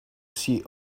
see